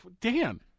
Dan